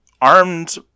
armed